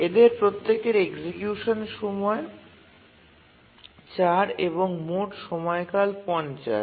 এদের প্রত্যেকের এক্সিকিউসন সময় ৪ এবং মোট সময়কাল ৫০